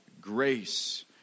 grace